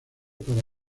para